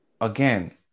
again